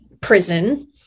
prison